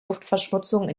luftverschmutzung